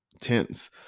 tense